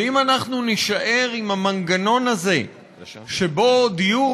ואם אנחנו נישאר עם המנגנון הזה שבו דיור